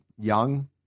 young